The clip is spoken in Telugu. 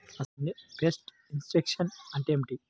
అసలు పెస్ట్ ఇన్ఫెక్షన్ అంటే ఏమిటి?